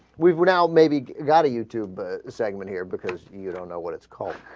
we would help maybe got a you tube but segment here because you don't know what it's called